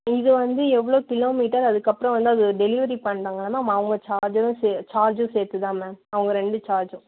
இதில் வந்து எவ்வளோ கிலோமீட்டர் அதுக்கப்புறம் வந்து அது டெலிவரி பண்ணனும் இல்லை மேம் அவங்க சார்ஜரும் சே சார்ஜும் சேர்த்து தான் மேம் அவங்க ரெண்டு சார்ஜும்